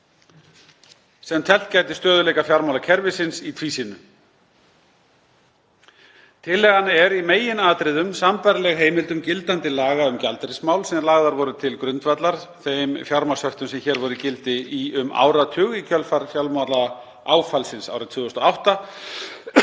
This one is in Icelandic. sem teflt gæti stöðugleika fjármálakerfisins í tvísýnu. Tillagan er í meginatriðum sambærileg heimildum gildandi laga um gjaldeyrismál sem lagðar voru til grundvallar þeim fjármagnshöftum sem hér voru í gildi í um áratug í kjölfar fjármálaáfallsins árið 2008